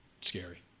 scary